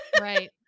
right